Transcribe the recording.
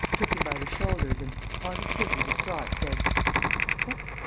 took him by the shoulders and positively distraught, said what?